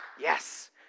Yes